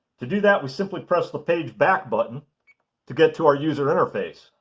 to do that we simply press the page back button to get to our user interface.